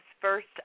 first